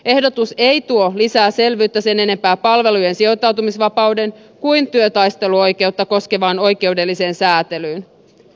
ehdotus ei tuo lisää selvyyttä sen enempää palvelujen sijoittautumisvapauden kuin työtaisteluoikeutta koskevaan oikeudelliseen säätelyyn